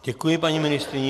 Děkuji paní ministryni.